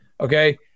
okay